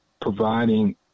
providing